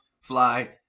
fly